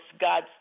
God